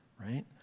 Right